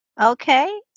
Okay